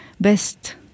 best